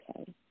okay